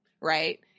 right